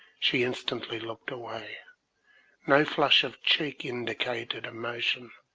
she instantly looked away no flush of cheek indicated emotion,